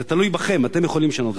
זה תלוי בכם, אתם יכולים לשנות את זה.